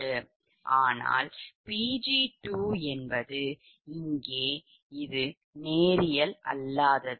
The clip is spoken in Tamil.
ஆனால் 𝑃𝑔Pg2 𝜆 இங்கே இது நேரியல் அல்லாதது